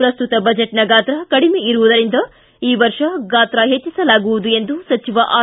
ಪ್ರಸ್ತುತ ಬಜೆಟ್ನ ಗಾತ್ರ ಕಡಿಮೆ ಇರುವದರಿಂದ ಈ ವರ್ಷ ಗಾತ್ರ ಹೆಚ್ಚಿಸಲಾಗುವುದು ಎಂದು ಸಚಿವ ಆರ್